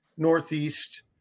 Northeast